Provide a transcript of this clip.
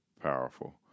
powerful